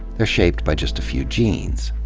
they're shaped by just a few genes.